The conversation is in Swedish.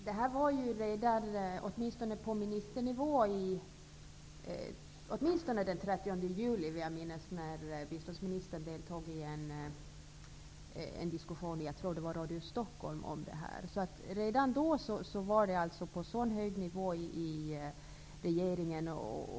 Herr talman! Frågan var uppe på ministernivå redan den 30 juli, vill jag minnas. Då deltog biståndsministern i en diskussion i Radio Stockholm om detta. Redan då var det alltså uppe på så hög nivå i regeringen.